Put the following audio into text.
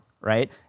right